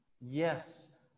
yes